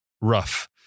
rough